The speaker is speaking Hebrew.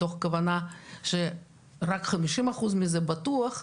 מתוך כוונה שרק חמישים אחוז מזה פתוח,